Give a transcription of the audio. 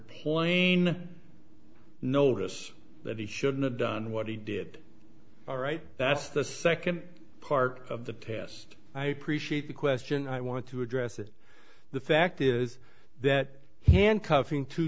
plain notice that he shouldn't have done what he did all right that's the second part of the past i appreciate the question i want to address it the fact is that handcuffing too